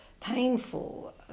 painful